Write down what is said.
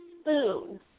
spoon